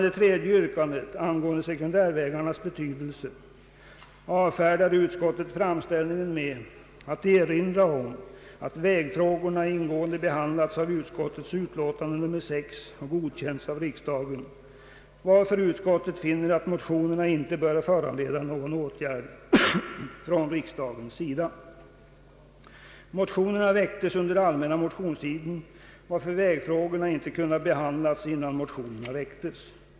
Det tredje yrkandet angående sekundärvägarnas betydelse avfärdar utskottet med att erinra om att vägfrågorna ingående behandlats i utskottets utlåtande nr 6 som godkänts av riksdagen, varför utskottet finner att motionerna inte bör föranleda någon åtgärd från riksdagens sida. Motionerna väcktes under allmän motionstid, varför frågorna inte kunde ha behandlats innan motionerna väcktes.